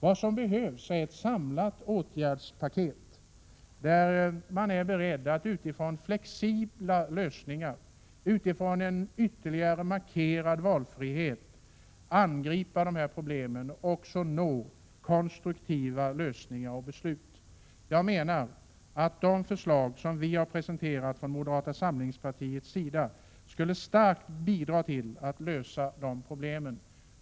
Vad som behövs är ett samlat åtgärdspaket, där man är beredd att genom flexibla lösningar och ytterligare markerad valfrihet angripa dessa problem och åstadkomma konstruktiva förslag till beslut. De förslag som vi från moderata samlingspartiets sida har presenterat skulle starkt bidra till att lösa problemen.